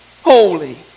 Holy